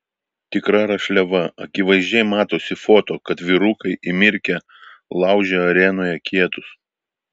tikra rašliava akivaizdžiai matosi foto kad vyrukai įmirkę laužia arenoje kietus